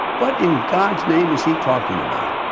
what in god's name is he talking about?